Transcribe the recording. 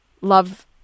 love